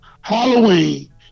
Halloween